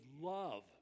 love